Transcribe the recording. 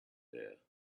there